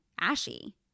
ashy